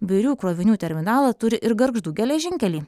birių krovinių terminalą turi ir gargždų geležinkelį